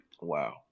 Wow